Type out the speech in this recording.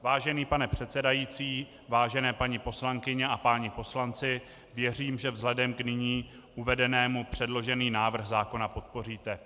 Vážený pane předsedající, vážené paní poslankyně a páni poslanci, věřím, že vzhledem k nyní uvedenému předložený návrh zákona podpoříte.